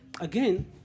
Again